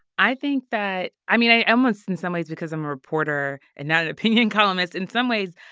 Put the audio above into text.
i think that i mean, i am ah in some ways because i'm a reporter and not an opinion columnist. in some ways,